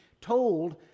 told